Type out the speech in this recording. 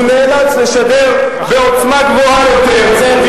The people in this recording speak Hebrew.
הוא נאלץ לשדר בעוצמה גבוהה יותר.